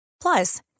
Plus